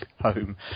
Home